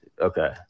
okay